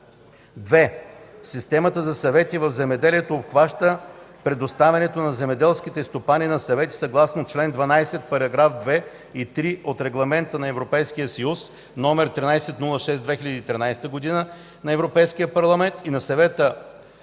(2) Системата за съвети в земеделието обхваща предоставянето на земеделските стопани на съвети съгласно чл. 12, параграфи 2 и 3 от Регламент (ЕС) № 1306/2013 на Европейския парламент и на Съвета от